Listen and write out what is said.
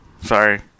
Sorry